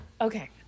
okay